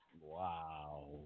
Wow